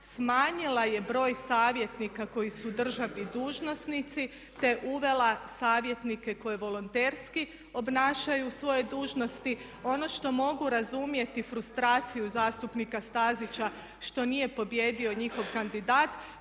smanjila je broj savjetnika koji su državni dužnosnici te uvela savjetnike koji volonterski obnašaju svoje dužnosti. Ono što mogu razumjeti, frustraciju zastupnika Stazića što nije pobijedio njihov kandidat